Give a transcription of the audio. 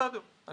אני